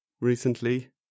recently